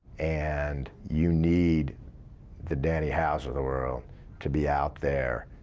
and you need the danny howes of the world to be out there,